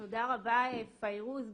תודה רבה פיירוז.